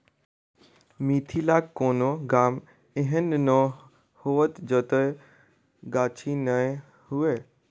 मिथिलाक कोनो गाम एहन नै होयत जतय गाछी नै हुए